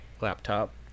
laptop